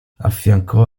affiancò